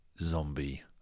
Zombie